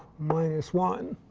minus one